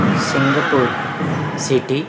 Singapore city